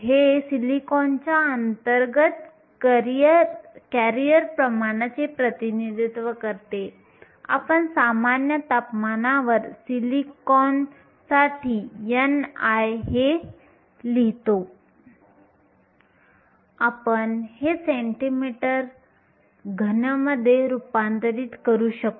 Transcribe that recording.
हे सिलिकॉनच्या अंतर्गत करिअर प्रमाणाचे प्रतिनिधित्व करते आपण सामान्य तापमानावर सिलिकॉनसाठी ni हे येथे लिहितो